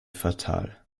fatal